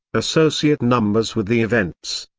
associate numbers with the events,